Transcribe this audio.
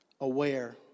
Aware